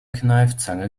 kneifzange